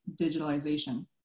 digitalization